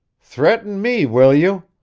threaten me, will you?